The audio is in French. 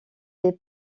est